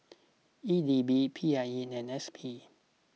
E D B P I E and S P